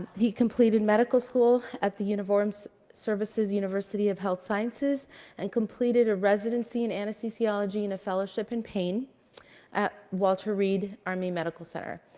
he completed medical school at the uniformed services university of health sciences and completed a residency in anesthesiology and a fellowship in pain at walter reed army medical center.